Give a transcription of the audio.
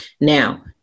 now